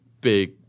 big